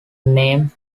named